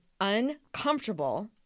uncomfortable